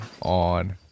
on